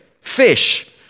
Fish